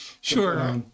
sure